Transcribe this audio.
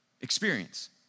experience